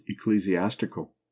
ecclesiastical